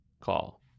call